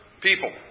people